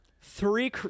three